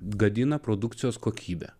gadina produkcijos kokybę